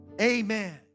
amen